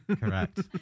Correct